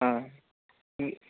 ఈ